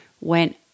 went